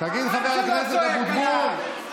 אבל אצלך דממה, קול דממה דקה.